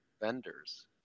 vendors